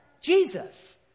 Jesus